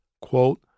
quote